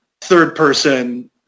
third-person